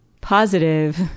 positive